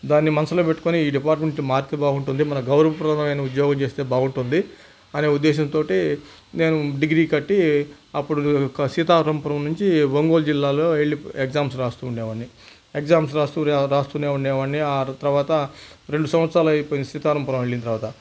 దాన్ని మనసులో పెట్టుకొని ఈ డిపార్ట్మెంట్ మారితే బాగుంటుంది మనం గౌరవప్రదమైన ఉద్యోగం చేస్తే బాగుంటుంది అనే దేశం తోటి నేను డిగ్రీ కట్టి అప్పుడు సీతారాంపురం నుంచి ఒంగోలు జిల్లాలో వెళ్ళి ఎగ్జామ్స్ రాస్తూ ఉండేవాడిని ఎగ్జామ్ రాస్తూ రాస్తూ ఉండేవాడిని ఆ తర్వాత రెండు సంవత్సరాలు అయిపోయింది సీతారాంపురం వెళ్ళిన తర్వాత